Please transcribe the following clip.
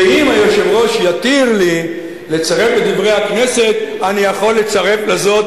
ואם היושב-ראש יתיר לי לצרף ל"דברי הכנסת" אני יכול לצרף לזאת